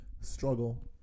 struggle